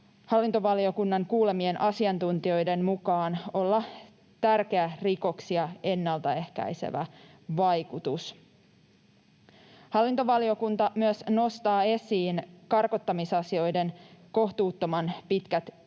hallintovaliokunnan kuulemien asiantuntijoiden mukaan olla tärkeä rikoksia ennaltaehkäisevä vaikutus. Hallintovaliokunta nostaa esiin myös karkottamisasioiden kohtuuttoman pitkät